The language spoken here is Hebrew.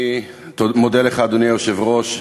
אני מודה לך, אדוני היושב-ראש.